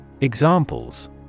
Examples